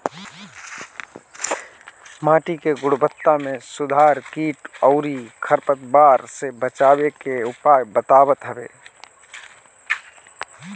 माटी के गुणवत्ता में सुधार कीट अउरी खर पतवार से बचावे के उपाय बतावत हवे